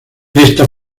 esta